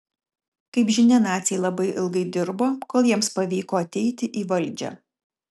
kaip žinia naciai labai ilgai dirbo kol jiems pavyko ateiti į valdžią